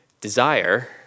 desire